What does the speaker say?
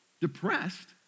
depressed